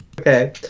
Okay